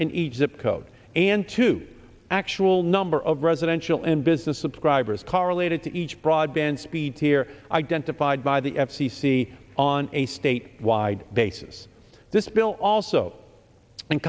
in egypt code and to actual number of residential and business subscribers correlated to each broadband speed here identified by the f c c on a state wide basis this bill also